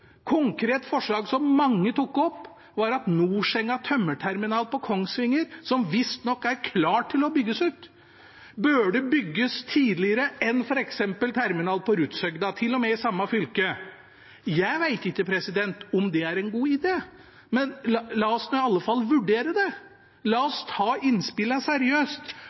konkret forslag som mange tok opp, var at Norsenga tømmerterminal på Kongsvinger, som visstnok er klar til å bygges ut, burde bygges tidligere enn f.eks. terminal på Rudshøgda – til og med i samme fylke. Jeg vet ikke om det er en god idé, men la oss nå i alle fall vurdere det, la oss ta innspillene seriøst